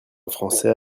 français